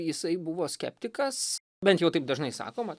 jisai buvo skeptikas bent jau taip dažnai sakoma